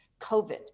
COVID